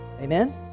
Amen